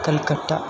Calcutta